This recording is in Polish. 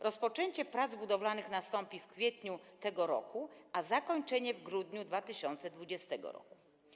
Rozpoczęcie prac budowlanych nastąpi w kwietniu tego roku, a zakończenie - w grudniu 2020 r.